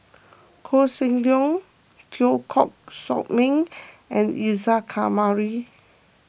Koh Seng Leong Teo Koh Sock Miang and Isa Kamari